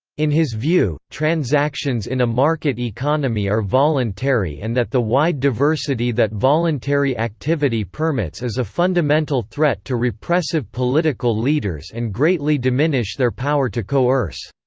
in his view, transactions in a market economy are voluntary and that the wide diversity that voluntary activity permits is a fundamental threat to repressive political leaders and greatly diminish their power to coerce.